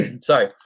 Sorry